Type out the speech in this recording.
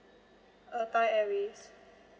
uh thai airways